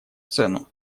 цену